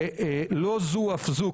לא זו אף זו,